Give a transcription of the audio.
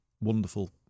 wonderful